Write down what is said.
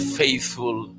faithful